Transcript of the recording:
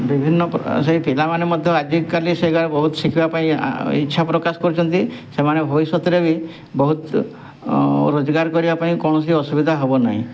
ବିଭିନ୍ନ ସେଇ ପିଲାମାନେ ମଧ୍ୟ ଆଜିକାଲି ସେ ବହୁତ ଶିଖିବା ପାଇଁ ଇଚ୍ଛା ପ୍ରକାଶ କରିଛନ୍ତି ସେମାନେ ଭବିଷ୍ୟତରେ ବି ବହୁତ ରୋଜଗାର କରିବା ପାଇଁ କୌଣସି ଅସୁବିଧା ହବନାହିଁ